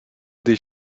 des